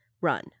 run